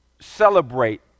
celebrate